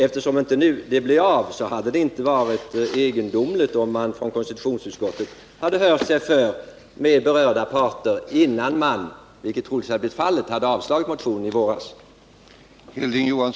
Eftersom detta inte blev av hade det inte varit egendomligt om konstitutionsutskottet skulle ha hört sig för med berörda parter innan man -— vilket då troligtvis hade blivit fallet — hade yrkat avslag på motionen i våras.